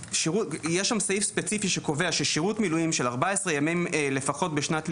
יש שם סעיף ספציפי שקובע ששירות מילואים של 14 ימים לפחות בשנת לימודים,